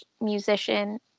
musician